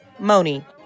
Moni